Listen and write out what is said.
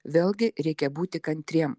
vėlgi reikia būti kantriem